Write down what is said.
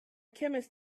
chemist